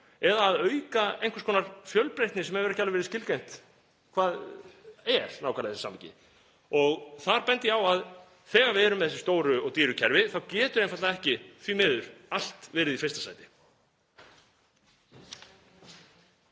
eða að auka einhvers konar fjölbreytni sem hefur ekki verið skilgreint hvað er nákvæmlega í þessu samhengi? Þar bendi ég á að þegar við erum með þessi stóru og dýru kerfi þá getur einfaldlega ekki, því miður, allt verið í fyrsta sæti.